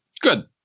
Good